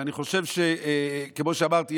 וכמו שאמרתי,